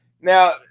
Now